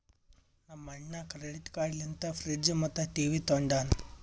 ನಮ್ ಅಣ್ಣಾ credit card ಲಿಂತೆ ಫ್ರಿಡ್ಜ್ ಮತ್ತ ಟಿವಿ ತೊಂಡಾನ